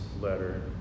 letter